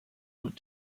want